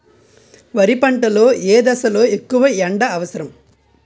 వరి పంట లో ఏ దశ లొ ఎక్కువ ఎండా అవసరం?